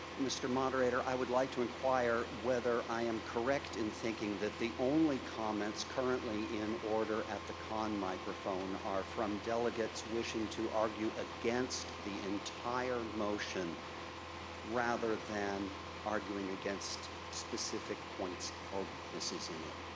mr. moderator, i would like to require whether i am correct in thinking that the only comments currently in order at the con microphone are from delegates wishing to argue against the entire motion rather than arguing against specific points or weaknesses in it.